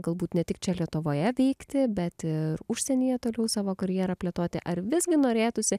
galbūt ne tik čia lietuvoje vykti bet ir užsienyje toliau savo karjerą plėtoti ar visgi norėtųsi